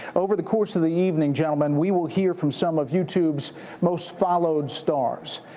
over the course of the evening, gentlemen, we will hear from some of youtube's most followed stars.